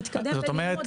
להתקדם וללמוד.